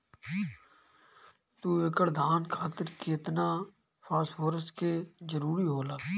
दु एकड़ धान खातिर केतना फास्फोरस के जरूरी होला?